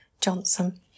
Johnson